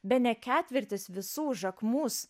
bene ketvirtis visų jacquemus